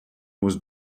was